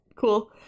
cool